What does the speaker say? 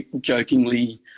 jokingly